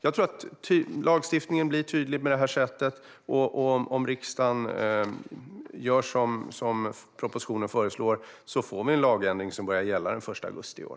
Jag tror att lagstiftningen blir tydlig på det här sättet. Om riksdagen gör som propositionen föreslår får vi en lagändring som börjar gälla den 1 augusti i år.